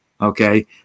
Okay